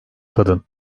kadın